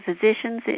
physicians